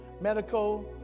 medical